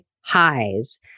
highs